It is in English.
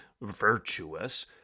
virtuous